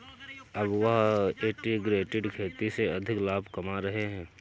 अब वह इंटीग्रेटेड खेती से अधिक लाभ कमा रहे हैं